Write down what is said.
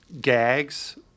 gags